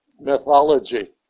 mythology